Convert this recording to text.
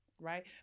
Right